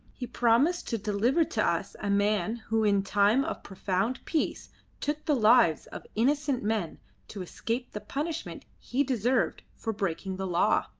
he promised to deliver to us a man who in time of profound peace took the lives of innocent men to escape the punishment he deserved for breaking the law.